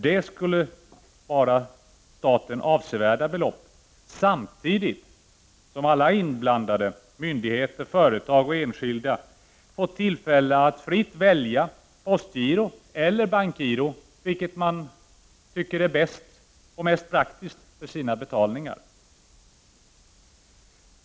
Det skulle spara staten avsevärda belopp, samtidigt som alla inblandade — myndigheter, företag och enskilda — får tillfälle att fritt välja postgiro eller bankgiro, vilket man tycker är mest praktiskt, för sina betalningar.